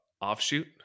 Offshoot